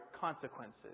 consequences